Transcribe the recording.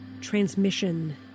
transmission